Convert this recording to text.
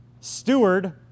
steward